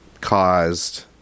caused